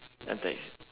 attacks